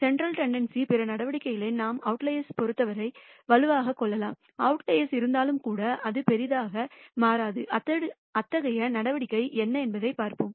central tendency பிற நடவடிக்கைகளை நாம் அவுட்லயர்ஸ் பொறுத்தவரை வலுவாகக் கொள்ளலாம் அவுட்லயர்ஸ் இருந்தாலும் கூட அது பெரிதாக மாறாது அத்தகைய நடவடிக்கை என்ன என்பதைப் பார்ப்போம்